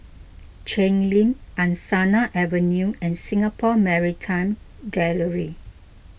Cheng Lim Angsana Avenue and Singapore Maritime Gallery